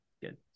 Good